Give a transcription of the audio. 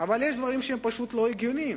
אבל יש דברים שהם פשוט לא הגיוניים.